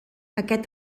aquest